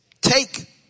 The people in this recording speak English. take